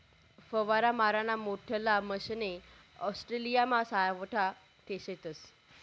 फवारा माराना मोठल्ला मशने ऑस्ट्रेलियामा सावठा शेतस